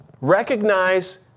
recognize